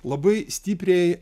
labai stipriai